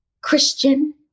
Christian